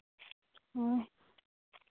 ᱦᱮᱸ